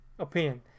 opinion